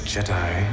Jedi